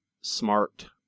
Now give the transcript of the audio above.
smart